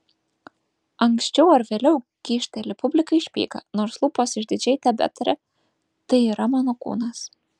anksčiau ar vėliau kyšteli publikai špygą nors lūpos išdidžiai tebetaria tai yra mano kūnas